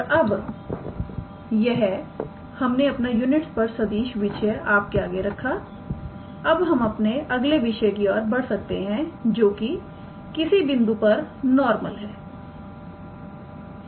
और अबयह हमने अपना यूनिट स्पर्श सदिशविषय आपके आगे रखा अब हम अपने अगले विषय की ओर बढ़ सकते हैं जोकि किसी बिंदु पर नॉर्मल है